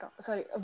Sorry